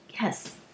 Yes